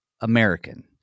American